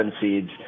seeds